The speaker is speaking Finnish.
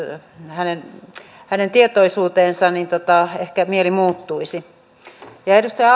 hänen hänen tietoisuuteensa ehkä mieli muuttuisi edustaja